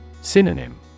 Synonym